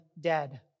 dead